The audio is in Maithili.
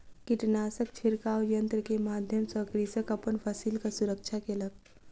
कीटनाशक छिड़काव यन्त्र के माध्यम सॅ कृषक अपन फसिलक सुरक्षा केलक